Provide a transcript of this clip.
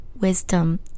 wisdom